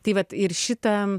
tai vat ir šita